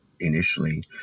initially